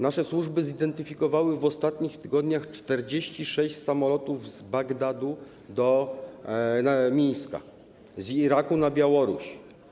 Nasze służby zidentyfikowały w ostatnich tygodniach 46 lotów z Bagdadu do Mińska, z Iraku na Białoruś.